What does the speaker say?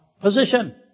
position